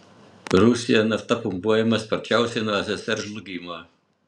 rusijoje nafta pumpuojama sparčiausiai nuo ssrs žlugimo